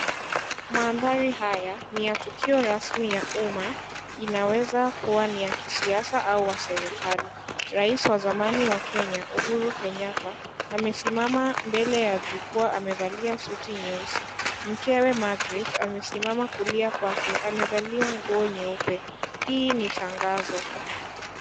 Maandhari haya, ni ya tukio rasmi ya Uma, inaweza kuwa ni ya kisyasa au wa serikali. Rais wa zamani wa Kenya, Uhuru Kenyatta, amesimama mbele ya jukwaa amevalia suti nyeusi. Mkewe Margret, amesimama kulia kwake, amevalia nguo nyeupe. Hii ni tangazo.